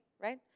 right